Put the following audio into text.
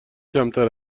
کمتر